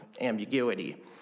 ambiguity